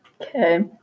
Okay